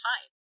fine